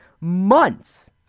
months